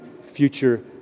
future